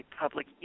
public